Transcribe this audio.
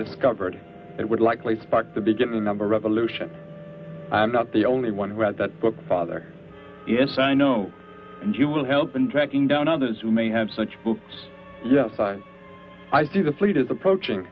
discovered it would likely spark the beginning number revolution i'm not the only one who read that book father yes i know and you will help in tracking down others who may have such books yes i see the fleet is approaching